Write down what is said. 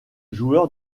joueur